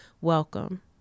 welcome